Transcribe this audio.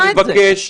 אני מבקש,